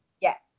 Yes